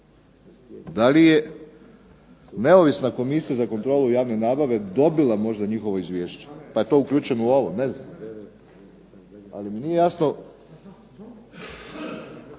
Da li je neovisna Komisija za kontrolu javne nabave dobila možda njihovo izvješće pa je to uključeno u ovo ne znam. Ali mi nije jasno